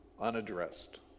unaddressed